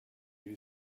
you